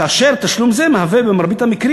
כאשר תשלום זה מהווה במרבית המקרים